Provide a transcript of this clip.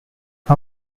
her